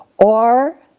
or,